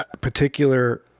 particular